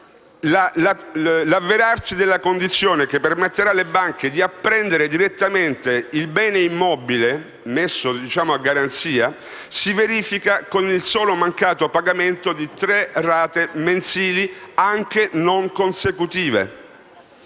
l'avverarsi della condizione che permetterà alle banche di apprendere direttamente il bene immobile messo a garanzia si verifica con il solo mancato pagamento di tre rate mensili, anche non consecutive.